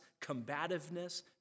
combativeness